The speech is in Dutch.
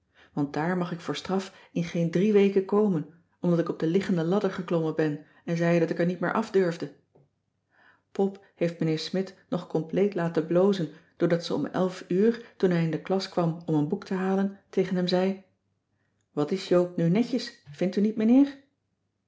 want daar mag ik voor straf in geen drie weken komen omdat ik op de liggende ladder geklommen ben en zei dat ik er niet meer afdurfde pop heeft mijnheer smidt nog compleet laten blozen doordat ze om elf uur toen hij in de klas kwam om een boek te halen tegen hem zei wat is joop nu netjes vind u niet mijnheer